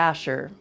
Asher